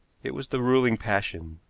it was the ruling passion,